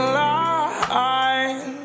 line